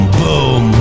boom